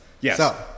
Yes